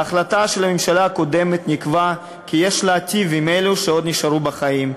בהחלטה של הממשלה הקודמת נקבע כי יש להיטיב עם אלה שעוד נשארו בחיים,